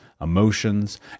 emotions